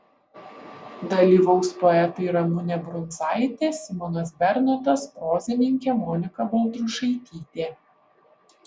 dalyvaus poetai ramunė brundzaitė simonas bernotas prozininkė monika baltrušaitytė